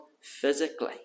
physically